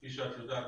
כפי שאת יודעת,